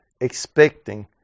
expecting